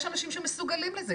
יש אנשים שמסוגלים לזה,